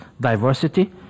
diversity